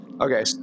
Okay